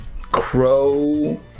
crow